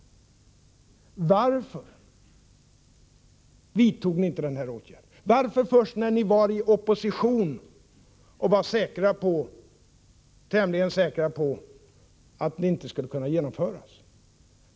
Varför vidtog ni inte denna åtgärd? Varför vill ni göra det först när ni är i opposition och är tämligen säkra på att åtgärden inte kan genomföras?